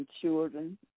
children